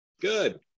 Good